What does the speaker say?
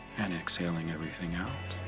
and exhaling everything out.